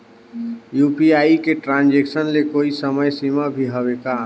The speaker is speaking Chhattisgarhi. यू.पी.आई के ट्रांजेक्शन ले कोई समय सीमा भी हवे का?